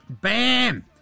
Bam